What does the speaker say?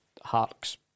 harks